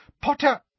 Potter—